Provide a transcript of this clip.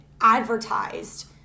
advertised